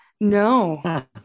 no